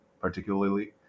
particularly